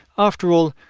after all,